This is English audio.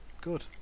good